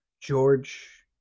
George